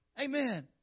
Amen